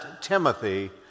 Timothy